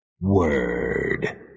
Word